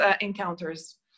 encounters